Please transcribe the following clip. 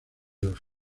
los